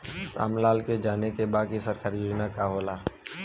राम लाल के जाने के बा की सरकारी योजना का होला?